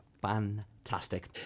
Fantastic